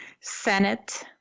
Senate